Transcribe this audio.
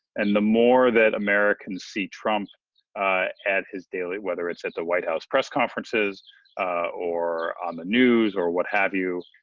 and the more that americans see trump at his daily, whether it's at the white house press conferences or on the news or what have you,